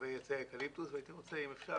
לגבי עצי האקליפטוס ואם אפשר,